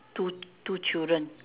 two two children